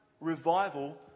revival